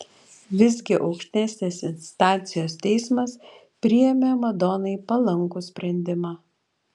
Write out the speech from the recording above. visgi aukštesnės instancijos teismas priėmė madonai palankų sprendimą